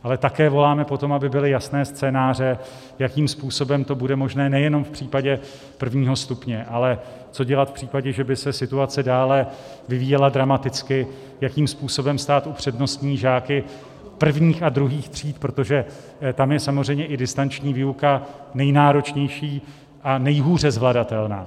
Ale také voláme po tom, aby byly jasné scénáře, jakým způsobem to bude možné nejenom v případě prvního stupně, ale co dělat v případě, že by se situace dále vyvíjela dramaticky, jakým způsobem stát upřednostní žáky prvních a druhých tříd, protože tam je samozřejmě i distanční výuka nejnáročnější a nejhůře zvladatelná.